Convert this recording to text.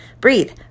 breathe